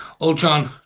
Ultron